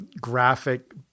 graphic